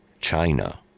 China